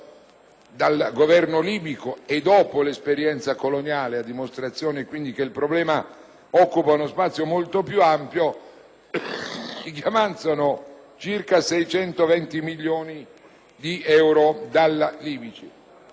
dal Governo libico e dopo l'esperienza coloniale (a dimostrazione quindi che il problema occupa uno spazio molto più ampio), circa 620 milioni di euro.